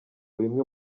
bimwe